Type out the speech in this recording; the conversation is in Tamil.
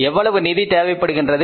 எவ்வளவு நிதி தேவைப்படுகின்றது